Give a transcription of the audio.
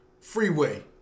Freeway